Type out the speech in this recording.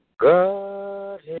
God